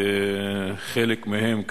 וחלק מהם,